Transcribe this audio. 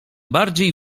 bardziej